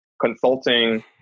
consulting